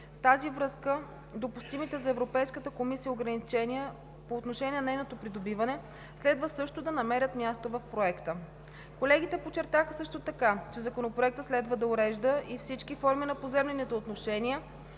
тази връзка допустимите за Европейската комисия ограничения по отношение на нейното придобиване следва също да намерят място в Проекта. Колегите също така подчертаха, че Законопроектът следва да урежда всички форми на поземлените отношения,